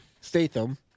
Statham